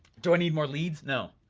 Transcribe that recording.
do i need more leads? no.